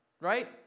right